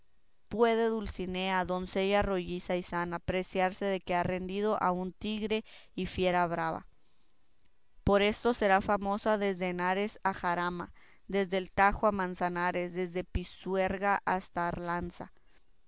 puede dulcinea doncella rolliza y sana preciarse de que ha rendido a una tigre y fiera brava por esto será famosa desde henares a jarama desde el tajo a manzanares desde pisuerga hasta arlanza